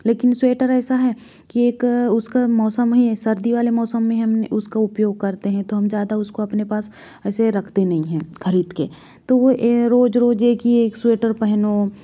लेकिन स्वेटर ऐसा है कि एक उसका मौसम ही है सर्दी वाले मौसम में हम उसका उपयोग करते हैं तो हम ज़्यादा उसको अपने पास ऐसे रखते नहीं है ख़रीद के तो वो रोज़ रोज़ ये एक ही एक स्वेटर पहनो